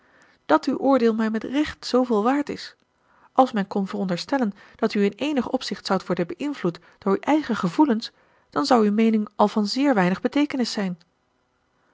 dat uw oordeel mij met recht zooveel waard is als men kon veronderstellen dat u in eenig opzicht zoudt worden beïnvloed door uw eigen gevoelens dan zou uw meening al van zeer weinig beteekenis zijn